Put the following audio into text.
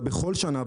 אבל בכל שנה,